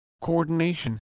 coordination